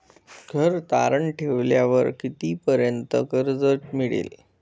घर तारण ठेवल्यावर कितीपर्यंत कर्ज मिळेल?